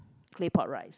claypot rice